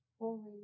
Holy